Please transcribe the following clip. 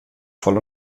voll